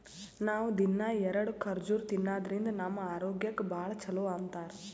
ನಾವ್ ದಿನ್ನಾ ಎರಡ ಖರ್ಜುರ್ ತಿನ್ನಾದ್ರಿನ್ದ ನಮ್ ಆರೋಗ್ಯಕ್ ಭಾಳ್ ಛಲೋ ಅಂತಾರ್